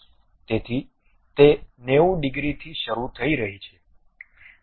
તેથી તે 90 ડિગ્રીથી શરૂ થઈ રહી છે